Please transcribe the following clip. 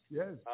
yes